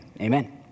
Amen